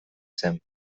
zen